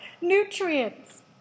Nutrients